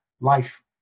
life